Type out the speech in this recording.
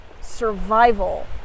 survival